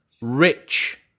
rich